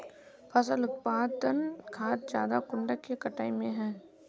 फसल उत्पादन खाद ज्यादा कुंडा के कटाई में है?